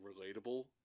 relatable